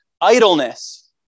idleness